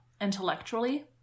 intellectually